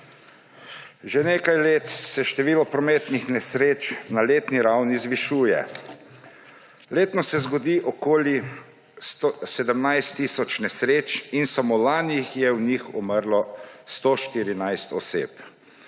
Že nekaj let se število prometnih nesreč na letni ravni zvišuje. Letno se zgodi okoli 17 tisoč nesreč in samo lani je v njih umrlo 114 oseb.